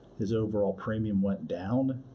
his overall premium went down,